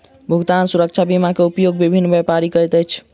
भुगतान सुरक्षा बीमा के उपयोग विभिन्न व्यापारी करैत अछि